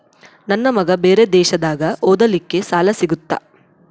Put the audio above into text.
ನನ್ನ ಮಗ ಬೇರೆ ದೇಶದಾಗ ಓದಲಿಕ್ಕೆ ಸಾಲ ಸಿಗುತ್ತಾ?